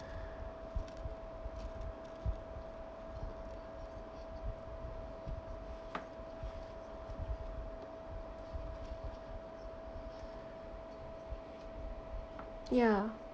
ya